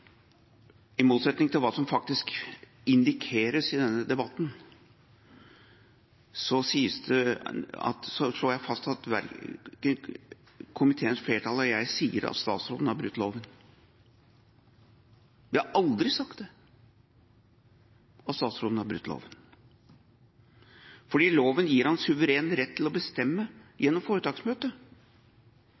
I motsetning til hva som faktisk indikeres i denne debatten, slår jeg fast at verken komiteens flertall eller jeg sier at statsråden har brutt loven. Vi har aldri sagt at statsråden har brutt loven, fordi loven gir ham suveren rett til å bestemme gjennom